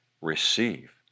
receive